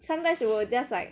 sometimes they will just like